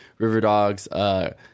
Riverdog's